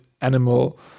animal